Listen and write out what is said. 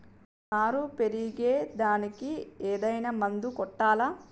నారు పెరిగే దానికి ఏదైనా మందు కొట్టాలా?